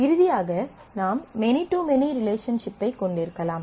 இறுதியாக நாம் many to many ரிலேஷன்ஷிப்பைக் கொண்டிருக்கலாம்